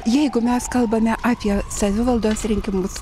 jeigu mes kalbame apie savivaldos rinkimus